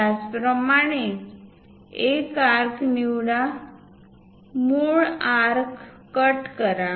त्याचप्रमाणे एक आर्क निवडा मूळ आर्क कट करा